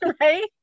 right